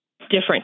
different